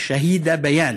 לבתה השהידה ביאן